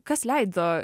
kas leido